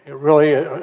ah really